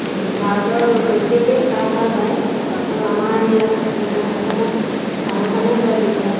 ভাৰতৰ প্ৰত্যেকেই চাহ ভাল পায় আৰু আমাৰ ইয়াত মানে অসমত চাহৰ কাৰণে প্ৰায় বিখ্যাত